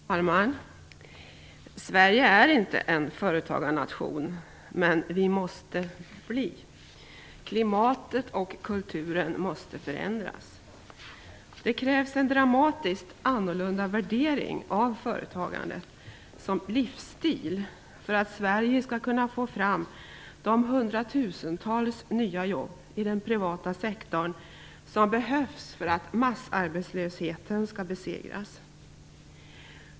Fru talman! Sverige är inte en företagarnation. Men vi måste bli. Klimatet och kulturen måste förändras. Det krävs en dramatiskt annorlunda värdering av företagandet som livsstil för att Sverige skall kunna få fram de hundratusentals nya jobb i den privata sektorn som behövs för att massarbetslösheten skall besegras.